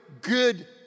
good